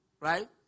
right